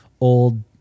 old